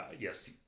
yes